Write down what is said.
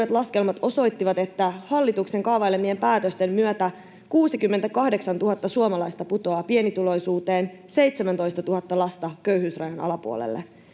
laskelmat osoittivat, että hallituksen kaavailemien päätösten myötä 68 000 suomalaista putoaa pienituloisuuteen ja 17 000 lasta köyhyysrajan alapuolelle.